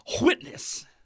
witness